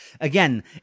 again